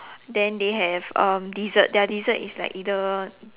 then they have um dessert their dessert is like either